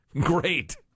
Great